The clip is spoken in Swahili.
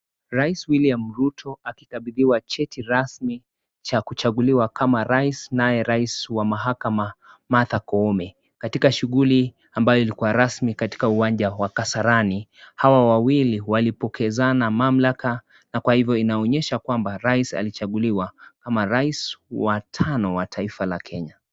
Rais William Ruto alikabidhiwa cheti rasmi cha kuchaguliwa kama rais naye rais wa mahakama Martha Koome, katika shughuli ambayo ilikuwa rasmi katika uwanja wa Kasarani. Hawa wawili walipokezana mamlaka na kwa hivyo inaonyesha kumba rais alichaguliwa kama Rais wa tano wa taifa la Kenya.